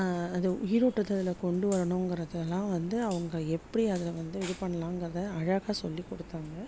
அதை உயிரோட்டத்தை அதில் கொண்டு வரணுங்கிறதெல்லாம் வந்து அவங்க எப்படி அதில் வந்து இது பண்லாங்கிறத அழகாக சொல்லிக் கொடுத்தாங்க